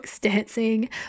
dancing